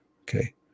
Okay